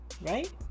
right